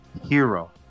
hero